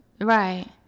Right